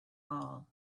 all